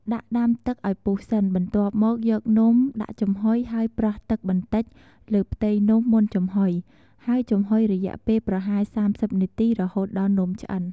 ដាក់ដាំទឹកឱ្យពុះសិន បន្ទាប់មកយកនំដាក់ចំហុយ ហើយប្រោះទឹកបន្តិចលើផ្ទៃនំមុនចំហុយ ហើយចំហុយរយៈពេលប្រហែល ៣០ នាទីរហូតដល់នំឆ្អិន។